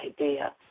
idea